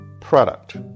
product